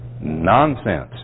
nonsense